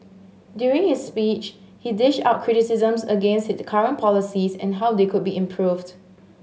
during his speech he dished out criticisms against the current policies and how they could be improved